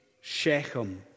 Shechem